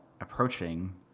approaching